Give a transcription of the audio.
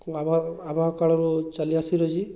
କେଉଁ ଆବାହ ଆବାହ କାଳରୁ ଚାଲି ଆସି ରହିଛି